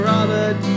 Robert